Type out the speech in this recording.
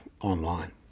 online